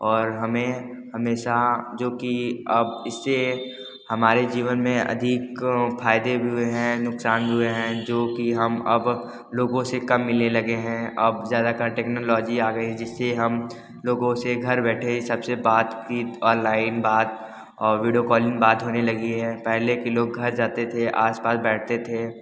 और हमें हमेशा जो कि अब इससे हमारे जीवन में अधिक अ फायदे भी हुए हैं नुकसान भी हुए हैं जो कि हम अब लोगो से कम मिलने लगे हैं अब ज़्यादा कर टेक्नोलॉजी आ गई जिससे हम लोगो से घर बैठे ही सबसे बातचीत ऑनलाइन बात और वीडियो कॉलिंग बात होने लगी है पहले के लोग घर जाते थे आसपास बैठते थे